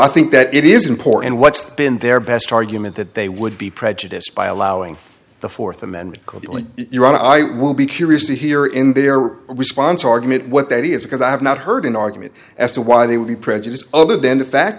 i think that it is in poor and what's been their best argument that they would be prejudiced by allowing the fourth amendment called only your own i would be curious to hear in their response argument what that is because i have not heard an argument as to why they would be prejudiced other than the fact